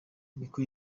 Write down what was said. niko